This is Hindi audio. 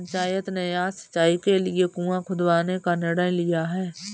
पंचायत ने आज सिंचाई के लिए कुआं खुदवाने का निर्णय लिया है